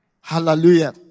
Hallelujah